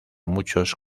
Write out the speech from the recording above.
muchos